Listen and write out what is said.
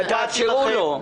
תאפשרו לו.